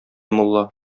мулла